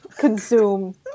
consume